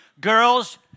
girls